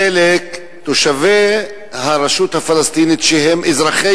חלק מתושבי הרשות הפלסטינית שהם אזרחי